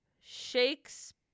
Shakespeare